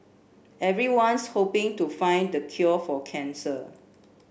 everyone's hoping to find the cure for cancer